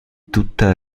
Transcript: tutta